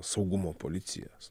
saugumo policijos